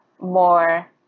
more